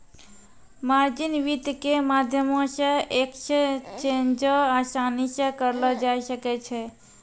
margin वित्त के माध्यमो से एक्सचेंजो असानी से करलो जाय सकै छै